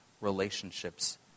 relationships